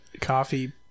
coffee